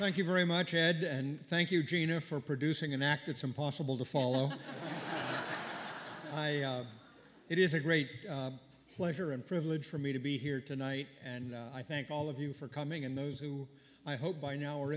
thank you very much ed and thank you gina for producing an act it's impossible to follow it is a great pleasure and privilege for me to be here tonight and i thank all of you for coming and those who i hope by now